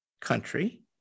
country